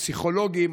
פסיכולוגים,